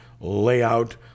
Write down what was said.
layout